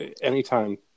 anytime